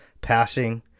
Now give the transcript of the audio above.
passing